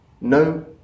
no